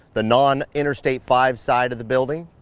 the non interstate five side of the building.